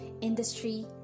industry